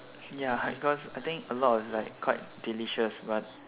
ya because I think a lot is like quite delicious but